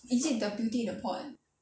is it the beauty in the pot